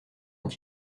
est